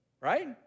right